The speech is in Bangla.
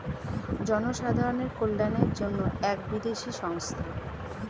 জনসাধারণের কল্যাণের জন্য এক বিদেশি সংস্থা